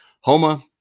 Homa